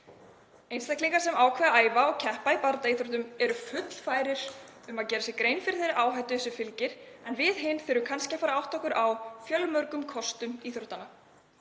Einstaklingar sem ákveða að æfa og keppa í bardagaíþróttum eru fullfærir um að gera sér grein fyrir þeirri áhættu sem fylgir en við hin þurfum kannski að fara að átta okkur á fjölmörgum kostum íþróttanna.